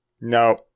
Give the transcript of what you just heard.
No